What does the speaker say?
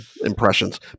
impressions